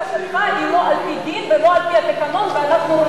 היא לא על-פי דין ולא על-פי התקנון ואנחנו,